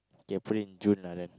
K put it in June like that